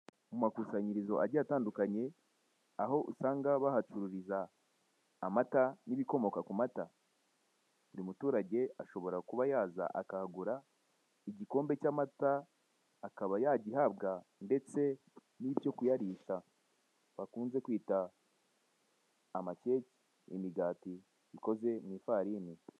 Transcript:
Ku makusanyirizo agiye atandukanye aho usanga bahacururiza amata n'ibikomoka ku mata; buri muturage ashobora kuba yaza akahagura igikombe cy'amata akaba yagihabwa, ndetse n'icyo kuyarisha bakunze kwita amakeke, imigati bikoze mu ifarini.